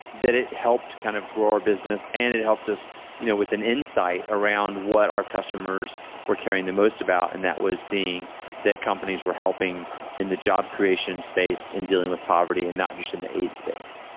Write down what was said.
that it helped kind of grow our business and it helped us you know with an insight around what our customers were caring the most about, and that was seeing that companies were helping in the job creation space, in dealing with poverty and not just in aid space.